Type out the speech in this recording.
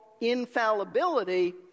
infallibility